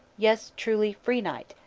yes, truly, free-night.